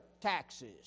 taxes